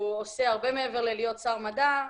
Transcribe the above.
והוא עושה הרבה מעבר מלהיות שר המדע.